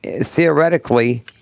Theoretically